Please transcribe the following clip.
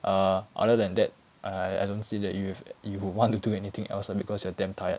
err other than that I don't see that you have you would want to do anything else ah because you are damn tired